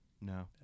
No